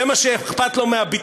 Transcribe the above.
זה מה שאכפת לו מהביטחון?